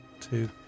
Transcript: two